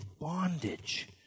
bondage